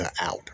out